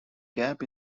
gap